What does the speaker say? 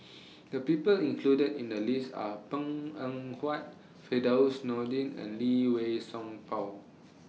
The People included in The list Are Png Eng Huat Firdaus Nordin and Lee Wei Song Paul